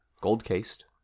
gold-cased